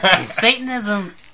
Satanism